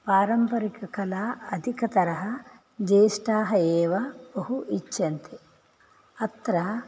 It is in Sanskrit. पारम्परिककला अधिकतरः ज्येष्ठाः एव बहु इच्छन्ति अत्र